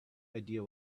idea